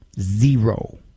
zero